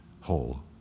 whole